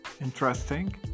interesting